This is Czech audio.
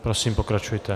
Prosím, pokračujte.